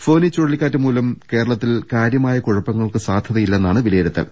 ഫോനി ചുഴലിക്കാറ്റ് മൂലം കേരളത്തിൽ കാര്യമായ കുഴപ്പങ്ങൾക്ക് സാധ്യതയില്ലെന്നാണ് വിലയിരു ത്തൽ